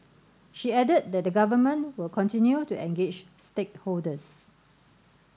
she added that the Government will continue to engage stakeholders